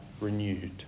renewed